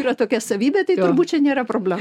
yra tokia savybė tai turbūt čia nėra problema